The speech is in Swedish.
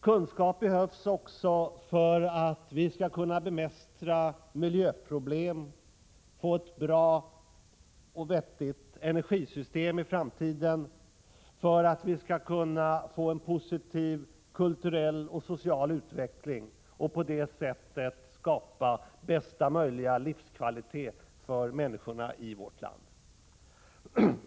Kunskap behövs också för att vi skall kunna bemästra miljöproblem och få ett bra och vettigt energisystem i framtiden, för att vi skall kunna få en positiv kulturell och social utveckling och på det sättet skapa bästa möjliga livskvalitet för människorna i vårt land.